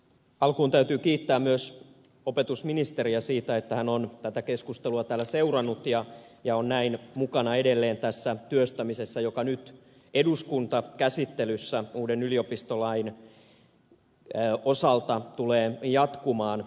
alkuun täytyy kiittää myös opetusministeriä siitä että hän on tätä keskustelua täällä seurannut ja on näin mukana edelleen tässä työstämisessä joka nyt eduskuntakäsittelyssä uuden yliopistolain osalta tulee jatkumaan